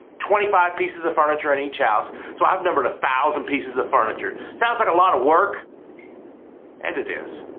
twenty five pieces of furniture in each house. so i have numbered a one thousand pieces of furniture. sounds like a lot of work and it is,